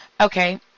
okay